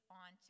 on